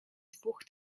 dwóch